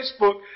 Facebook